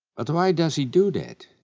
but why does he do that?